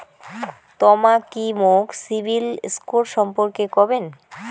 তমা কি মোক সিবিল স্কোর সম্পর্কে কবেন?